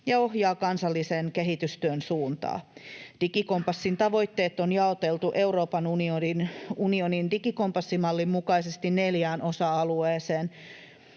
ja ohjaa kansallisen kehitystyön suuntaa. Digikompassin tavoitteet on jaoteltu Euroopan unionin digikompassimallin mukaisesti neljään osa-alueeseen: